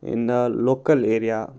in the local area